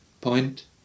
point